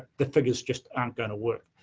the figures just aren't going to work.